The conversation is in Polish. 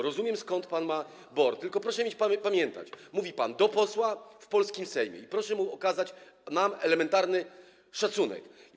Rozumiem, skąd pan ma BOR, tylko proszę pamiętać: Mówi pan do posła w polskim Sejmie i proszę mu, nam okazać elementarny szacunek.